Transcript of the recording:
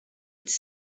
could